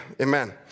Amen